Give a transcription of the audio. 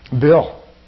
Bill